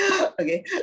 okay